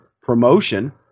promotion